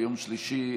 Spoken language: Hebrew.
יום שלישי,